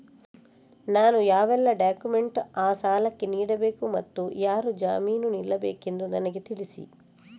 ನಾನು ಯಾವೆಲ್ಲ ಡಾಕ್ಯುಮೆಂಟ್ ಆ ಸಾಲಕ್ಕೆ ನೀಡಬೇಕು ಮತ್ತು ಯಾರು ಜಾಮೀನು ನಿಲ್ಲಬೇಕೆಂದು ನನಗೆ ತಿಳಿಸಿ?